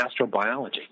astrobiology